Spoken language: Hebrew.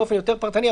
באופן יותר פרטני,